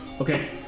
Okay